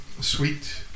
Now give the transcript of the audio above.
sweet